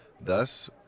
Thus